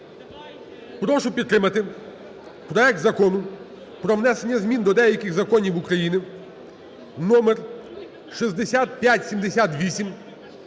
Прошу підтримати проект Закону про внесення змін до деяких законів України (№ 6578)